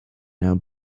now